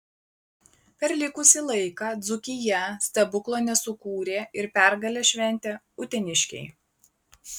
per likusį laiką dzūkija stebuklo nesukūrė ir pergalę šventė uteniškiai